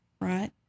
Right